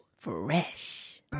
Fresh